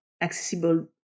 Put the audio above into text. accessible